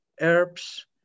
herbs